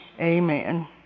Amen